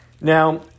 Now